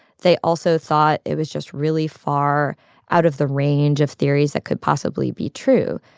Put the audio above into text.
they also thought it was just really far out of the range of theories that could possibly be true,